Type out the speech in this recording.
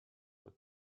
for